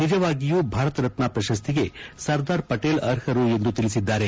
ನಿಜವಾಗಿಯೂ ಭಾರತರತ್ನ ಪ್ರಶಸ್ತಿಗೆ ಸರ್ದಾರ್ ಪಟೇಲ ಅರ್ಹರು ಎಂದು ತಿಳಿಸಿದ್ದಾರೆ